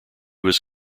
was